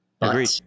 Agreed